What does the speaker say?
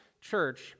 church